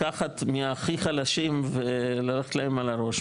לקחת מהכי חלשים וללכת להם על הראש,